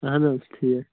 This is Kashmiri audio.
اہَن حظ ٹھیٖک